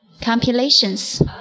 Compilations